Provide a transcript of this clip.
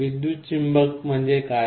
विद्युत चुंबक म्हणजे काय